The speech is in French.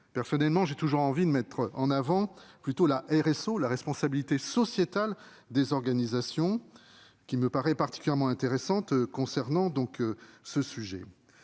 Personnellement, j'ai toujours envie de mettre en avant la responsabilité sociétale des organisations (RSO), qui me paraît particulièrement intéressante concernant ce sujet.